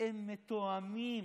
הם מתואמים,